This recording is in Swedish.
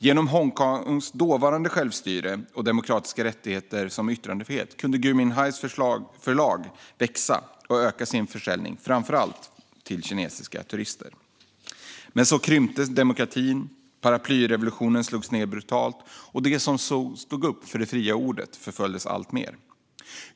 Genom Hongkongs dåvarande självstyre och demokratiska rättigheter, som yttrandefrihet, kunde Gui Minhais förlag växa och öka sin försäljning, framför allt till kinesiska turister. Men så krympte demokratin. Paraplyrevolutionen slogs ned brutalt, och de som stod upp för det fria ordet förföljdes alltmer.